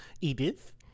Edith